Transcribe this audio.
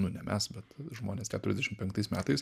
nu ne mes bet žmonės keturiasdešim penktais metais